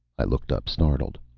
i looked up, startled.